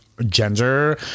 gender